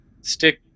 stick